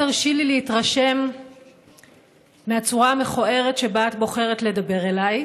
תרשי לי להתרשם מהצורה המכוערת שבה את בוחרת לדבר אליי.